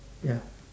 ya